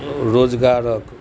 रोजगारक